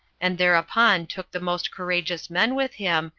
and thereupon took the most courageous men with him,